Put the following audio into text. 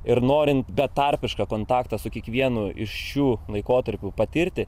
ir norint betarpišką kontaktą su kiekvienu iš šių laikotarpių patirti